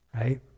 Right